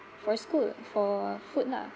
for school for food lah